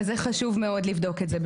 אבל זה חשוב מאוד לבדוק את זה.